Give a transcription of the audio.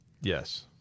Yes